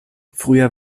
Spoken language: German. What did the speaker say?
früher